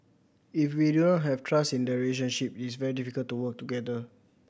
if we do not have trust in the relationship it is very difficult to work together